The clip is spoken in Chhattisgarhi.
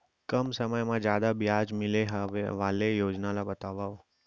कम समय मा जादा ब्याज मिले वाले योजना ला बतावव